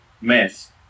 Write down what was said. mess